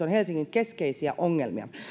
on helsingin keskeisiä ongelmia